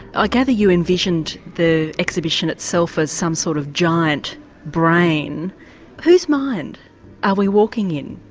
i gather you envisioned the exhibition itself as some sort of giant brain whose mind are we walking in,